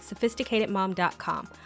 SophisticatedMom.com